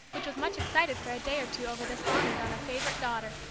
which was much excited for a day or two over this honor done a favorite daughter,